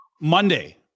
Monday